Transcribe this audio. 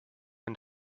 and